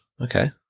Okay